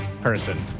person